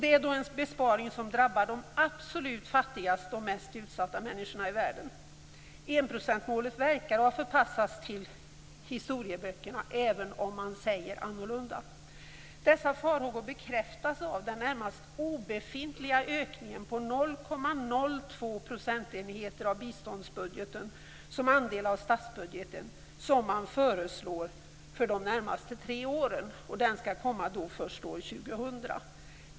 Det är en besparing som drabbar de absolut fattigaste och mest utsatta människorna i världen. Enprocentsmålet verkar ha förpassats till historieböckerna, även om man säger annorlunda. Dessa farhågor bekräftas av den närmast obefintliga ökningen på 0,02 procentenheter av biståndsbudgeten som andel av statsbudgeten som man föreslår för de närmaste tre åren. Den skall komma först år 2000.